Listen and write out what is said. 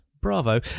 Bravo